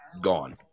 gone